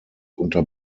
unter